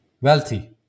wealthy